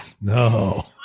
no